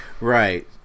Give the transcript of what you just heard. Right